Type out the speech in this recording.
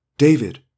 David